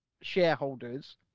shareholders